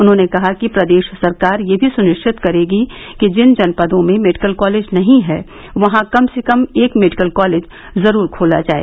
उन्होंने कहा कि प्रदेश सरकार यह भी सुनिश्चित करेगी कि जिन जनपदों में मेडिकल कॉलेज नही हैं वहां कम से कम एक मेडिकल कॉलेज जरूर खोला जाय